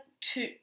two